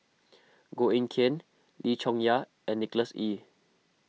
Koh Eng Kian Lim Chong Yah and Nicholas Ee